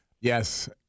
Yes